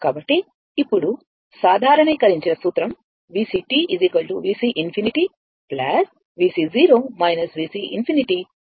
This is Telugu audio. కాబట్టి ఇప్పుడు సాధారణీకరించిన సూత్రం VC VC∞ VC VC∞ e tτ అని చెప్పండి